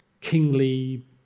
kingly